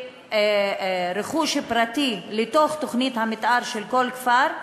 רכוש פרטי לתוך תוכנית המתאר של כל כפר?